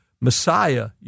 Messiah